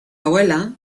abuela